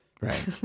Right